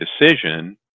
decision